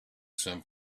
san